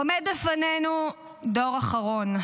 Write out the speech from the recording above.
עומד בפנינו דור אחרון.